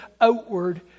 outward